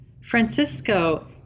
Francisco